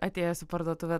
atėjęs į parduotuvę